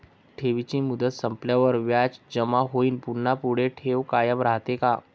ठेवीची मुदत संपल्यावर व्याज जमा होऊन पुन्हा पुढे ठेव कायम राहते का?